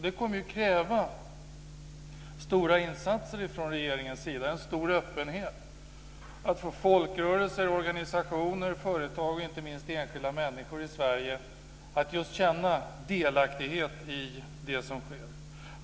Det kommer att kräva stora insatser från regeringens sida och en stor öppenhet om man ska få folkrörelser, organisationer, företag och inte minst enskilda människor i Sverige att just känna delaktighet i det som sker.